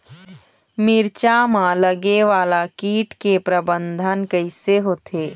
मिरचा मा लगे वाला कीट के प्रबंधन कइसे होथे?